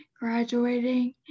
graduating